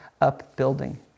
upbuilding